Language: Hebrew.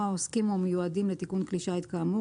או העוסקים או מיועדים לתיקון כלי שיט כאמור,